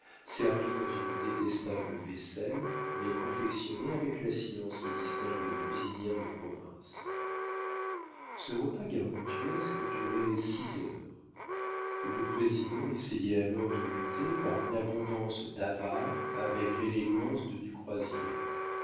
servi dans une détestable vaisselle mais confectionné avec la science qui distingue les cuisinières de province ce repas gargantuesque durait six heures le président essayait alors de lutter par une abondance d'avare avec l'élégance de du croisier